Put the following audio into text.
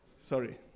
Sorry